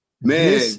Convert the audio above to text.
man